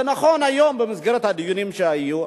זה נכון, היום, במסגרת הדיונים שהיו,